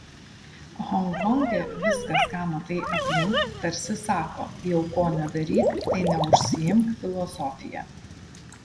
honkonge viskas ką matai aplink tarsi sako jau ko nedaryk tai neužsiimk filosofija